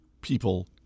people